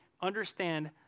understand